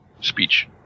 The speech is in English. speech